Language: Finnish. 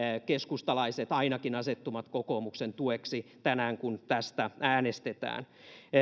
keskustalaiset ainakin asettuvat kokoomuksen tueksi tänään kun tästä äänestetään